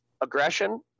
aggression